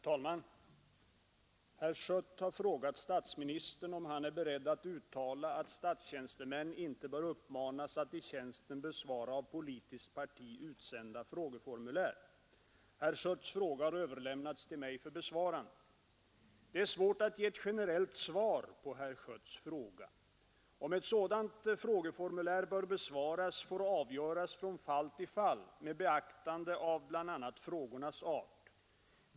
Herr talman! Herr Schött har frågat statsministern, om han är beredd att uttala, att statstjänstemän inte bör uppmanas att i tjänsten besvara av politiskt parti utsända frågeformulär. Herr Schötts fråga har överlämnats till mig för besvarande. Det är svårt att ge ett generellt svar på herr Schötts fråga. Om ett sådant frågeformulär bör besvaras, får avgöras från fall till fall med beaktande av bl.a. frågornas art.